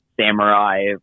samurai